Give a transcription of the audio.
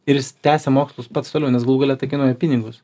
ir tęsia mokslus pats toliau nes galų gale tai kainuoja pinigus